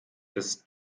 ist